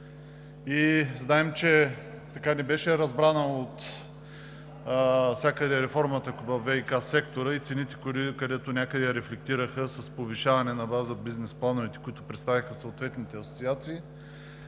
Знаем, че не беше разбрана отвсякъде реформата във ВиК сектора и цените, където някъде рефлектираха с повишаване на база бизнес плановете, които представиха съответните асоциации.